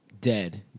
Dead